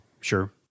sure